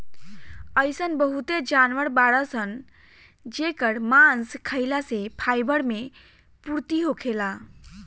अइसन बहुते जानवर बाड़सन जेकर मांस खाइला से फाइबर मे पूर्ति होखेला